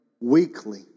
weekly